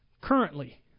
currently